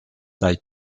they